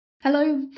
Hello